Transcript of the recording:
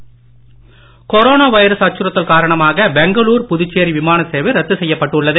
corona Puduvai corona virus அச்சுறுத்தல் காரணமாக பெங்களுர் புதுச்சேரி விமான சேவை ரத்துசெய்யப்பட்டுள்ளது